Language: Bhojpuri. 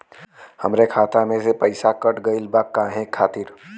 हमरे खाता में से पैसाकट गइल बा काहे खातिर?